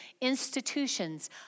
institutions